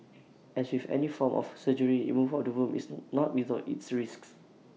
as with any form of surgery removal of the womb is not without its risks